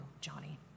Johnny